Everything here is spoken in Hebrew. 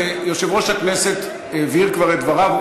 ויושב-ראש הכנסת הבהיר כבר את דבריו.